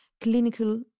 clinical